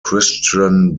christian